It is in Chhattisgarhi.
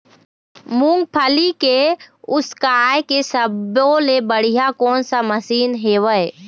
मूंगफली के उसकाय के सब्बो ले बढ़िया कोन सा मशीन हेवय?